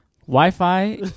Wi-Fi